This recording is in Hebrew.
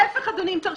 רבותיי, לא יוגש